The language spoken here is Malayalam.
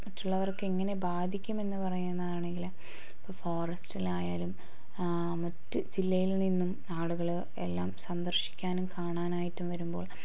മറ്റുള്ളവർക്ക് എങ്ങനെ ബാധിക്കും എന്നു പറയുന്നതാണെങ്കിൽ ഇപ്പോൾ ഫോറസ്റ്റിലായാലും മറ്റു ജില്ലയിൽ നിന്നും ആളുകൾ എല്ലാം സന്ദർശിക്കാനും കാണാനായിട്ടും വരുമ്പോൾ